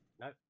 no